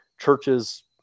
churches